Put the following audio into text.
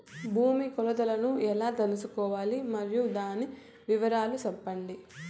భూమి కొలతలను ఎలా తెల్సుకోవాలి? మరియు దాని వివరాలు సెప్పండి?